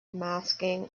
masking